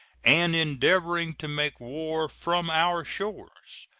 and endeavoring to make war from our shores,